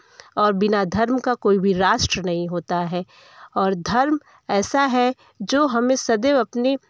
और बिना धर्म का कोई भी राष्ट्र नहीं होता है और धर्म ऐसा है जो हमें सदैव अपने